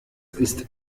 ist